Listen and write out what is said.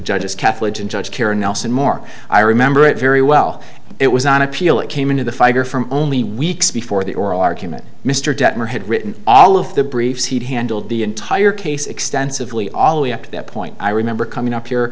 judge's catholic judge karen nelson mark i remember it very well it was on appeal it came into the fire from only weeks before the oral argument mr detmer had written all of the briefs he handled the entire case extensively all the way up to that point i remember coming up here